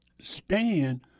stand